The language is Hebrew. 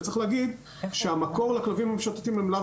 וצריך להגיד שהמקור לכלבים משוטטים הם לאו